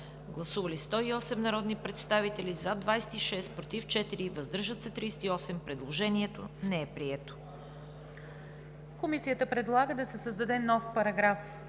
Гласували 107 народни представители: за 95, против 7, въздържали се 5. Предложението е прието.